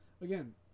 Again